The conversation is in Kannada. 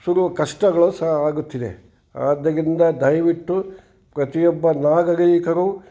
ಶುರು ಕಷ್ಟಗಳು ಸಹ ಆಗುತ್ತಿದೆ ಆದ್ದರಿಂದ ದಯವಿಟ್ಟು ಪ್ರತಿಯೊಬ್ಬ ನಾಗರಿಕರು